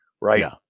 right